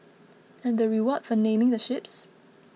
and the reward for naming the ships